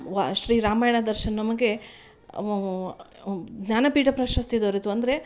ವಾ ಶ್ರೀ ರಾಮಾಯಣ ದರ್ಶನ ನಮಗೆ ಜ್ಞಾನಪೀಠ ಪ್ರಶಸ್ತಿ ದೊರೀತು ಅಂದರೆ